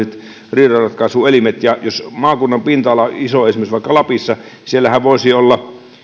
riidanratkaisuelimet jos maakunnan pinta ala on iso esimerkiksi vaikka lapissa niin siellähän voisi olla eri kunnissa